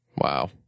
Wow